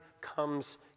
comes